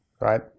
right